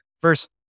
first